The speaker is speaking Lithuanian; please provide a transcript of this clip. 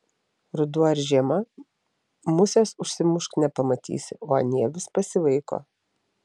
ruduo ar žiema musės užsimušk nepamatysi o anie vis pasivaiko